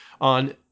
On